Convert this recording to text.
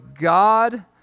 God